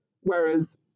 Whereas